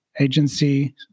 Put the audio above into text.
agency